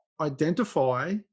identify